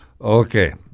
Okay